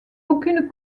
aucune